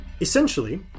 Essentially